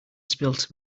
spilt